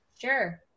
Sure